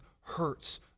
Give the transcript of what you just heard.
hurts